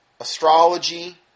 astrology